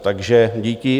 Takže díky.